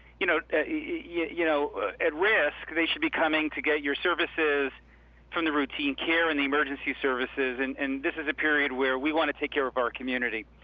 you know yeah you know at risk, they should be coming to get your services for the routine care and the emergency services and and this is a period where we want to take care of our community.